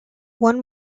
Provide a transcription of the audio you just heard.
one